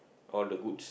all the goods